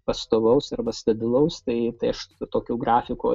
pastovaus arba stabilaus tai aš tokio grafiko